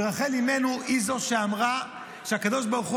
ורחל אימנו היא זו שאמרה שהקדוש ברוך הוא